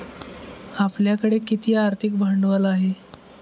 आपल्याकडे किती आर्थिक भांडवल आहे?